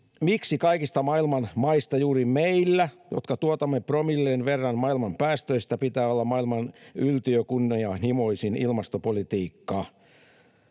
miksi kaikista maailman maista juuri meillä, jotka tuotamme promillen verran maailman päästöistä, pitää olla maailman yltiökunnianhimoisin ilmastopolitiikka?